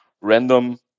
random